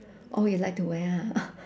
oh you like to wear ha